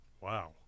Wow